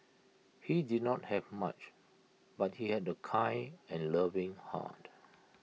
he did not have much but he had A kind and loving heart